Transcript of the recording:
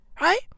Right